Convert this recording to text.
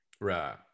Right